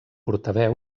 portaveu